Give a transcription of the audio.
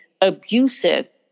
abusive